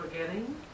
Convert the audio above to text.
forgetting